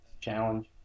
challenge